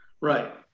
right